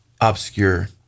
obscure